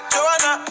Joanna